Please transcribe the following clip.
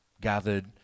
gathered